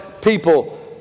people